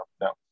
no